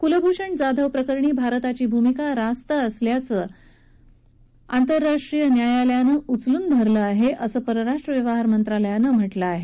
कुलभूषण जाधव प्रकरणी भारताची भूमिका रास्त असल्यावर आंतरराष्ट्रीय न्यायालयानं शिक्कामोर्तब केलं असल्याचं परराष्ट्र व्यवहार मंत्रालयानं म्हटलं आहे